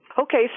Okay